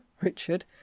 Richard